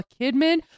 Kidman